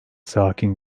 sakin